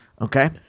Okay